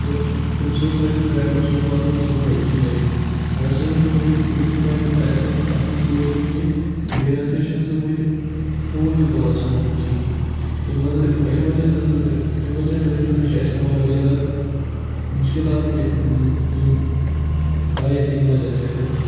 تہٕ تٔمِس اوس تٕہٕنٛدِس ڈرٛایورَس اوس واتُن صُبحٲے سُلے مگر سُہ ہیٚکہٕ نہٕ وٕنہِ وٕنیُک تانۍ ہیوٚک نہٕ اَسہِ سۭتۍ اَسہِ نِش سُہ وٲتِتھ کینٛہہ بیٚیہِ نہ سا چھُنہٕ سُہ وٕنہِ فون تہِ تُلان سون کینٛہہ ییٚمہِ وَزٕ ییٚمہِ وجہ سۭ سۭتۍ ییٚمہِ وجہ سۭتۍ ہَسا چھُ اَسہِ پٮ۪وان واریاہ زیادٕ مُشکلات پے یِم آے اَسہِ امہِ وجہ سۭتۍ